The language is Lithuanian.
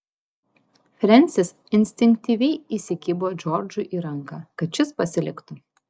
frensis instinktyviai įsikibo džordžui į ranką kad šis pasiliktų